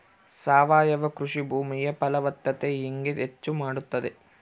ಸಾವಯವ ಕೃಷಿ ಭೂಮಿಯ ಫಲವತ್ತತೆ ಹೆಂಗೆ ಹೆಚ್ಚು ಮಾಡುತ್ತದೆ?